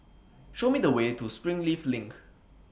Show Me The Way to Springleaf LINK